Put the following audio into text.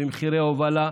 במחירי הובלה,